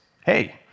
hey